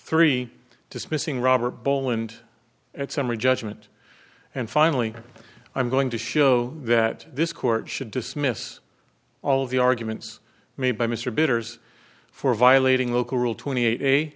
three dismissing robert boland at summary judgment and finally i'm going to show that this court should dismiss all of the arguments made by mr bidders for violating local rule twenty eight a